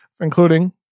including